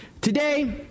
Today